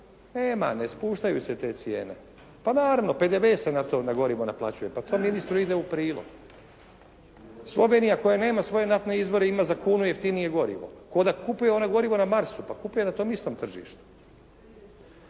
nema, ne spuštaju se te cijene. Pa naravno, PDV se na gorivo naplaćuje pa to ministru ide u prilog. Slovenija koja nema svoje naftne izvore ima za kunu jeftinije gorivo, k'o da kupuje gorivo na Marsu, pa kupuje na tom istom tržištu.